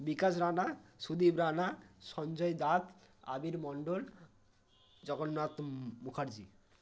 বিকাশ Rana Sudip Rana Sanjay Das Abir Mondal Jagannath Mukherjee